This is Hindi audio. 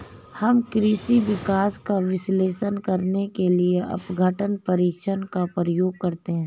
हम कृषि विकास का विश्लेषण करने के लिए अपघटन परीक्षण का उपयोग करते हैं